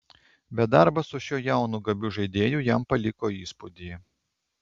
bet darbas su šiuo jaunu gabiu žaidėju jam paliko įspūdį